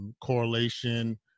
correlation